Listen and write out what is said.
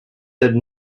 did